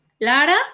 Lara